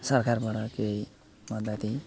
सरकारबाट कोही मद्दती